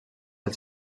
els